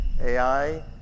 AI